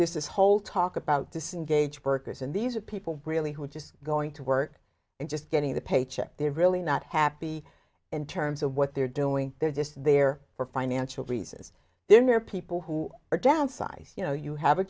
this is whole talk about disengaged workers and these are people really who are just going to work and just getting the paycheck they're really not happy in terms of what they're doing they're just there for financial reasons then there are people who are downsized you know you have a